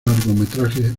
largometrajes